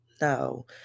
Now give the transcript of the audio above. No